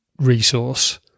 resource